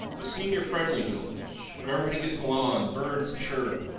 a senior friendly village where everybody gets along, birds chirp,